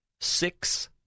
six